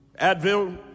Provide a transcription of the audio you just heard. advil